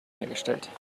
hergestellt